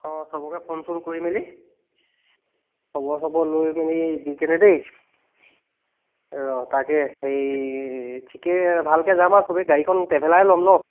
অঁ চবকে ফোন চোন কৰি মেলি খবৰ চবৰ লৈ মেলি দি কেনে দেই অঁ তাকে হেৰি ঠিকে ভালকৈ যাম আৰু চবেই গাড়ীখন ট্ৰেভেলাৰেই ল'ম ন